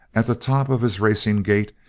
at the top of his racing gait,